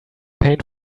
paint